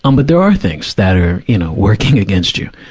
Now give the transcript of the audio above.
um but there are things that are, you know, working against you.